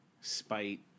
spite